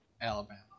Alabama